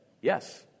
yes